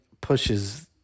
pushes